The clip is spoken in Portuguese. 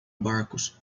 barcos